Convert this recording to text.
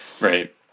right